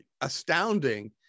astounding